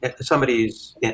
somebody's